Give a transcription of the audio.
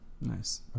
Nice